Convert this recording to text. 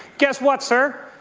guess what, sir,